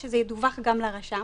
אנחנו מציעים שזה ידווח גם לרשם.